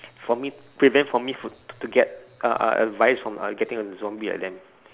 for me prevent for me to to get uh uh advice from getting a zombie like them